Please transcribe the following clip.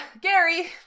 gary